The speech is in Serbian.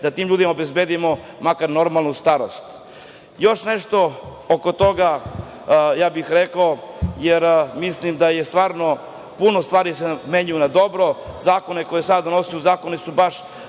da tim ljudima obezbedimo makar normalnu starost. Još nešto oko toga, ja bih rekao, jer mislim da se stvarno mnogo stvari menja na dobro, zakone koje sada donosimo, a zakoni su baš